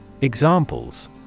Examples